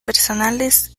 personales